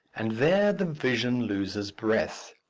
and there the vision loses breath.